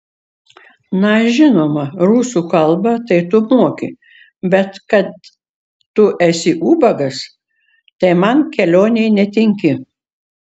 na žinoma rusų kalbą tai tu moki bet kad tu esi ubagas tai man kelionei netinki